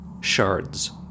shards